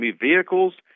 Vehicles